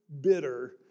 bitter